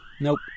Nope